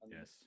Yes